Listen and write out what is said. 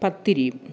പത്തിരിയും